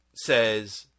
says